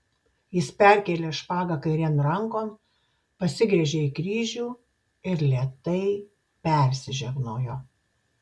jis perkėlė špagą kairėn rankon pasigręžė į kryžių ir lėtai persižegnojo